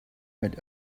mit